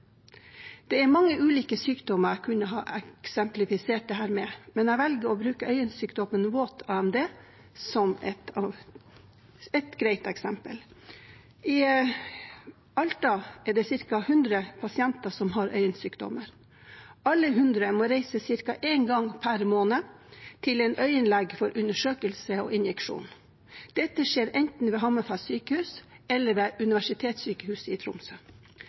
Det er mange ulike sykdommer jeg kunne ha eksemplifisert dette med, men jeg velger å bruke øyensykdommen våt AMD som et greit eksempel. I Alta er det ca. 100 pasienter som har øyensykdommen. Alle 100 må reise ca. en gang per måned til en øyenlege for undersøkelse og injeksjon. Dette skjer enten ved Hammerfest sykehus eller ved universitetssykehuset i Tromsø.